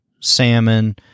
Salmon